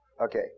Okay